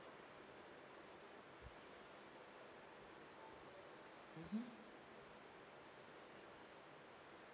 mmhmm